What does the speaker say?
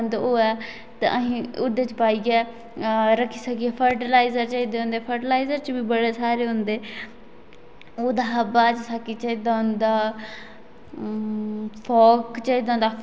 आखदे ओह् साढ़े लक्के बड़ी पीड़ ओह दी एह् होआ दा योगा कीत्ती नीं लक्के गी पीड़ होनी गे होनी कियां होनी सवेरे उट्ठ गे ताजी हवा लैगे ते फ्रैश फील करगे फ्रैश फील नेई करगे ते फिरी कम्म खराब होई सकदा